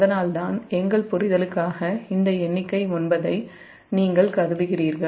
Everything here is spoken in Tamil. அதனால்தான் எங்கள் புரிதலுக்காக இந்த எண்ணிக்கை 9 ஐ நீங்கள் கருதுகிறீர்கள்